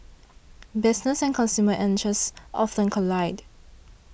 business and consumer interests often collide